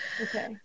okay